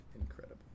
incredible